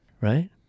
right